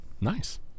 Nice